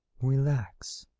relax,